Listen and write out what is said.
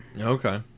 Okay